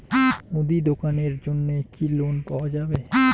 মুদি দোকানের জন্যে কি লোন পাওয়া যাবে?